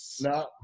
no